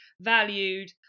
valued